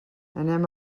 anem